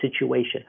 situation